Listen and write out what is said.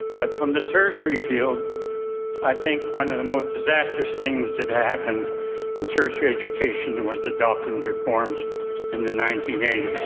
but from the tertiary field i think one of the most disastrous things that happened in tertiary education was the dawkins reforms in the nineteen eighty s.